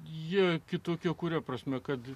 ji kitokio kuria prasme kad